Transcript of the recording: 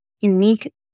unique